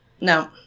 No